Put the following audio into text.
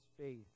faith